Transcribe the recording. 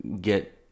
get